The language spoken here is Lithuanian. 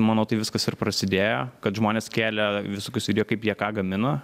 manau tai viskas ir prasidėjo kad žmonės kelė visokius video kaip jie ką gamina